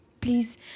Please